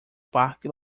parque